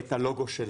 את הלוגו שלנו,